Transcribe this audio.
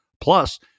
plus